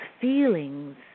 feelings